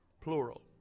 Plural